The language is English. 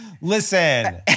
Listen